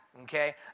Okay